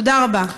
תודה רבה.